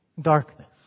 darkness